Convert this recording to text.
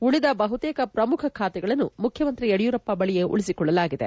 ಉಳಿದ ಬಹುತೇಕ ಪ್ರಮುಖ ಖಾತೆಗಳನ್ನು ಮುಖ್ಯಮಂತ್ರಿ ಯಡಿಯೂರಪ್ಪ ಬಳಿಯೇ ಉಳಿಸಿಕೊಳ್ಳಲಾಗಿದೆ